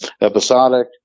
episodic